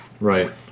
right